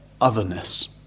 otherness